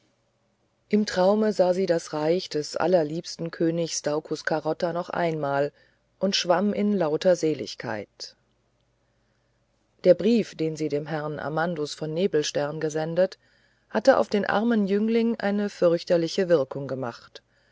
im traume sah sie das reich des allerliebsten königs daucus carota noch einmal und schwamm in lauter seligkeit der brief den sie dem herrn amandus von nebelstern gesendet hatte auf den armen jüngling eine fürchterliche wirkung gemacht